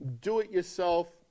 do-it-yourself